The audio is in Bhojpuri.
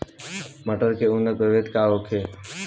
मटर के उन्नत प्रभेद का होखे?